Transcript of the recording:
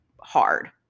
hard